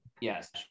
Yes